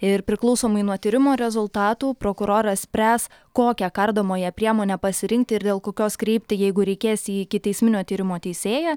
ir priklausomai nuo tyrimo rezultatų prokuroras spręs kokią kardomąją priemonę pasirinkti ir dėl kokios kreipti jeigu reikės į ikiteisminio tyrimo teisėją